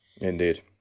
Indeed